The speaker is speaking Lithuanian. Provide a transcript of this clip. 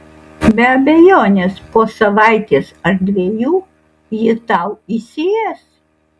be abejonės po savaitės ar dviejų ji tau įsiės